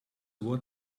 what